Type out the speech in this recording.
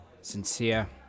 sincere